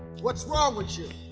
what's wrong with you?